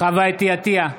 חוה אתי עטייה,